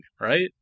right